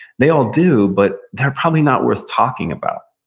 they all do, but they're probably not worth talking about,